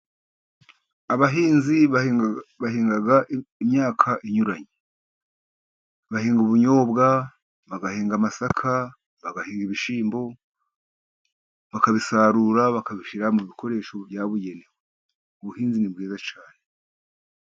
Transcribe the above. Abahinzi bahinga imyaka inyuranye bahinga ubunyobwa, bagahinga amasaka, bagahinga ibishimbo, bakabisarura bakabishyira mu bikoresho byabugenewe. Ubuhinzi ni bwiza cyane.